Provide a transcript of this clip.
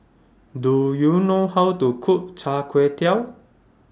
Do YOU know How to Cook Char Kway Teow